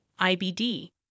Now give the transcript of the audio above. IBD